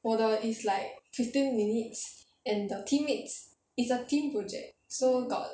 我的 is like fifteen minutes and the teammates is a team project so got